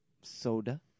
Soda